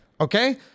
Okay